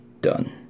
done